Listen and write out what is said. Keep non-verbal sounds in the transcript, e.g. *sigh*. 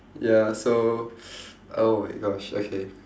ya so *noise* oh my gosh okay